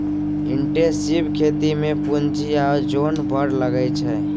intensive खेती मे पुंजी आ जोन बड़ लगै छै